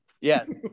Yes